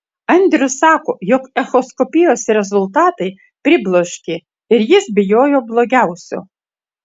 andrius sako jog echoskopijos rezultatai pribloškė ir jis bijojo blogiausio